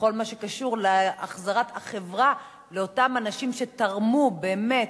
בכל מה שקשור להחזרת החברה לאותם אנשים שתרמו באמת,